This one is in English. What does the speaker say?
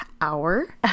hour